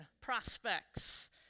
prospects